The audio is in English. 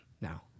now